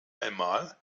einmal